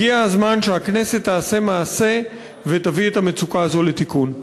הגיע הזמן שהכנסת תעשה מעשה ותביא את המצוקה הזאת לתיקון.